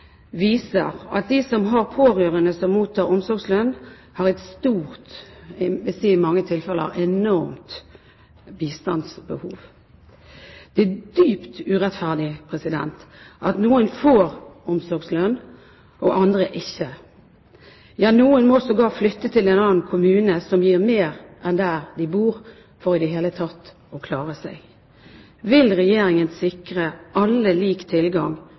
har et stort – jeg vil si i mange tilfeller enormt – bistandsbehov. Det er dypt urettferdig at noen får omsorgslønn, og andre ikke. Noen må sågar flytte til en kommune som gir mer enn den de bor i – for i det hele tatt å klare seg. Vil Regjeringen sikre alle lik tilgang